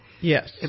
Yes